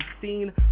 seen